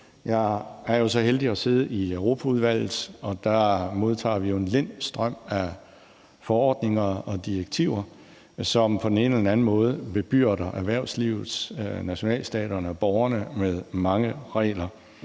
Jeg er så heldig at sidde i Europaudvalget, og der modtager vi jo en lind strøm af forordninger og direktiver, som på den ene eller anden måde bebyrder erhvervslivet, nationalstaterne og borgerne med mange regler,